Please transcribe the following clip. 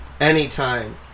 Anytime